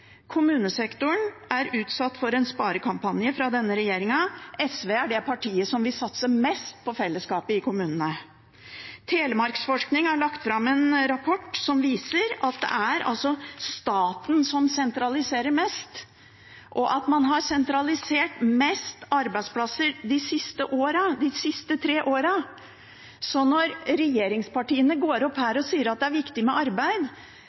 Kommunesektoren er utsatt for en sparekampanje fra denne regjeringen. SV er det partiet som vil satse mest på fellesskapet i kommunene. Telemarksforskning har lagt fram en rapport som viser at det er staten som sentraliserer mest, og at man har sentralisert flest arbeidsplasser de siste tre årene. Så når representanter for regjeringspartiene går opp her og sier at det er viktig med arbeid,